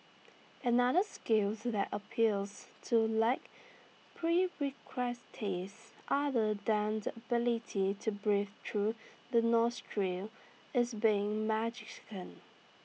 another skills that appears to lack prerequisites other than the ability to breathe through the nostril is being magician